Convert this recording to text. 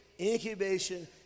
incubation